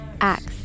Acts